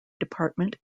department